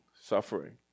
suffering